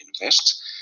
invest